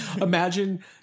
Imagine